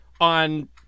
on